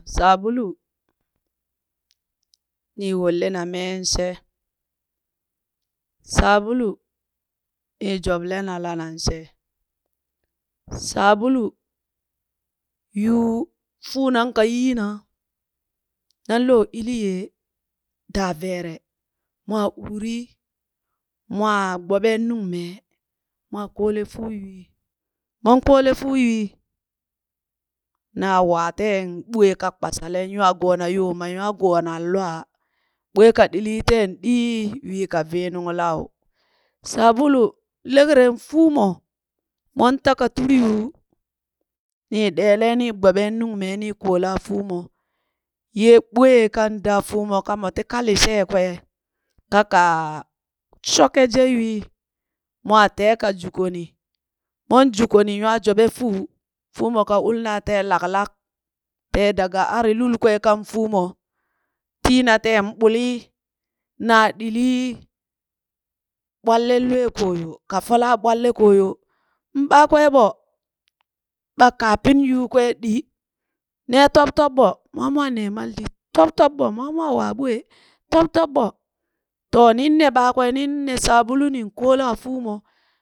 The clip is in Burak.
Sabulu, nii woollena meen she, sabulu nii joblena lanan she, sabulu, yuu fuunan ka yiina, nanloo iliyee daa veere, mwaa urii mwaa gboben nung mee, mwaa kolee fuu ywii, mwan koole fuu ywii, naa waa teen ɓwee ka kpashalen nywaa goona yoo ma nywaa goonan lwaa ɓwee ka ɗilii teen ɗi ywii ka vii nunglau. Sabulu lekren fuumo, mon ta ka turi yuu nii ɗee lee ni gboben nung mee nii koolaa fuumo, ye ɓwee kan daa fuumo kamo ti ka lishwee kwee kaka shoke je ywii, mwaa tee ka juko ni, mon juko ni nywaa jobe fuu, fuumo ka ulnaa tee lak- lak tee daga ar lul kwee kan fuumo tiina teen ɓulii naa ɗilii ɓwellen lwee kooyo, ka folaa ɓwelle ko yoo, mɓakwee ɓo, ɓa kapin yukwee ɗi, nee tob- tob ɓo, ma amwaa nee maldit tob- tob ɓo mwa mwaa waaɓwee, tob- tob ɓo to nin ne ɓakwee, nin ne sabulu nin koolaa fuumo